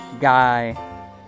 Guy